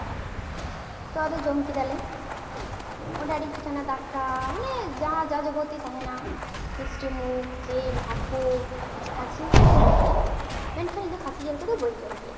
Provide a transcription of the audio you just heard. ᱛᱚ ᱟᱫᱚ ᱡᱚᱢ ᱠᱮᱫᱟᱞᱮ ᱚᱸᱰᱮ ᱟᱹᱰᱤ ᱠᱤᱪᱷᱩ ᱛᱟᱦᱮᱱᱟ ᱫᱟᱠᱟ ᱢᱟᱱᱮ ᱡᱟᱦᱟᱸ ᱡᱟ ᱡᱟᱵᱚᱛᱤ ᱛᱟᱦᱮᱱᱟ ᱢᱤᱥᱴᱤ ᱢᱩᱠᱷ ᱡᱤᱞ ᱦᱟᱹᱠᱩ ᱠᱷᱟᱹᱥᱤ ᱦᱚᱸ ᱠᱚ ᱩᱛᱩ ᱞᱮᱫ ᱜᱮᱭᱟ ᱢᱮᱱᱠᱷᱟᱱ ᱤᱧ ᱫᱚ ᱠᱷᱟᱹᱥᱤ ᱡᱤᱞ ᱠᱚᱫᱚ ᱵᱟᱹᱧ ᱡᱚᱢ ᱜᱮᱭᱟ